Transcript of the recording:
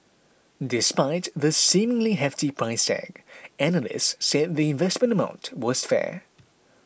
despite the seemingly hefty price tag analysts said the investment amount was fair